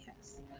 Yes